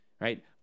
right